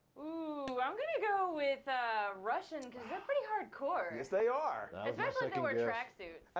oh, i'm gonna go with russian, because they're pretty hardcore. yes, they are. especially if they wear a tracksuit.